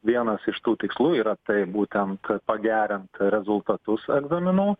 vienas iš tų tikslų yra tai būtent kad pagerint rezultatus egzaminų